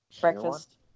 Breakfast